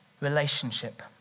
relationship